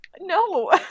No